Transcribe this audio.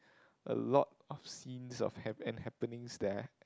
a lot of scenes of hap~ and happenings there